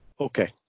okay